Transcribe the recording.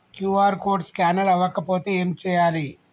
QR code scanner అవ్వకపోతే ఏం చేయాలి?